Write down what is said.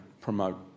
promote